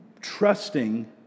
trusting